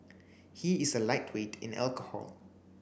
he is a lightweight in alcohol